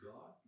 God